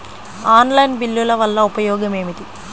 Online బిల్లుల వల్ల ఉపయోగమేమిటీ?